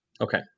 Okay